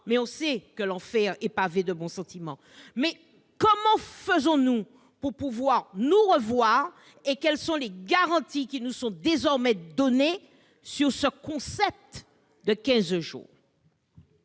mais on sait que l'enfer est pavé de bonnes intentions ? Comment faisons-nous pour nous revoir, et quelles sont les garanties qui nous sont désormais données sur ces quinze jours ?